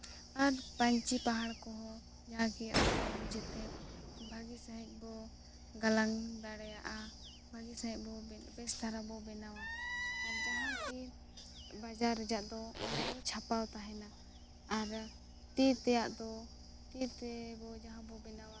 ᱟᱨ ᱯᱟᱹᱧᱪᱤ ᱯᱟᱲᱦᱟᱲ ᱠᱚᱦᱚᱸ ᱡᱟᱜᱮ ᱟᱵᱚ ᱫᱚ ᱱᱤᱡᱮᱛᱮ ᱵᱷᱟᱹᱜᱤ ᱥᱟᱹᱦᱤᱡ ᱵᱚ ᱜᱟᱞᱟᱝ ᱫᱟᱲᱮᱭᱟᱜᱼ ᱟ ᱵᱷᱟᱹᱜᱤ ᱥᱟᱹᱦᱤᱡ ᱵᱚ ᱵᱮᱥ ᱫᱷᱟᱨᱟ ᱵᱚ ᱵᱮᱱᱟᱣᱟ ᱟᱨ ᱡᱟᱦᱟᱸ ᱠᱤ ᱵᱟᱡᱟᱨ ᱨᱮᱭᱟᱜ ᱫᱚ ᱚᱱᱟ ᱫᱚ ᱪᱷᱟᱯᱟᱣ ᱛᱟᱦᱮᱱᱟ ᱟᱨ ᱛᱤ ᱛᱮᱭᱟᱜ ᱫᱚ ᱛᱤᱛᱮ ᱫᱚ ᱡᱟᱦᱟᱸ ᱵᱚ ᱵᱮᱱᱟᱣᱟ